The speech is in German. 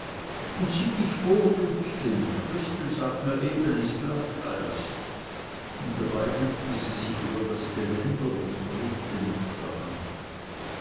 und sieh dich vor riekchen christel sagt mir eben es glatteist und dabei bückte sie sich über das geländer und grüßte mit der hand